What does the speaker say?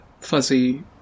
fuzzy